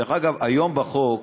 דרך אגב, היום בחוק,